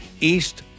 East